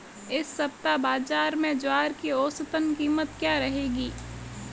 इस सप्ताह बाज़ार में ज्वार की औसतन कीमत क्या रहेगी?